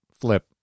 flip